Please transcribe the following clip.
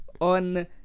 on